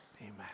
Amen